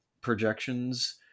projections